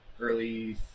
early